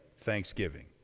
thanksgiving